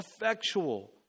effectual